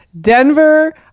Denver